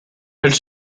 elle